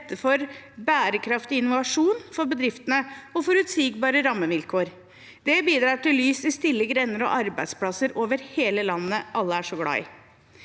rette for bærekraftig innovasjon for bedriftene og forutsigbare rammevilkår. Det bidrar til lys i stille grender og arbeidsplasser over hele landet – som alle er så glad i.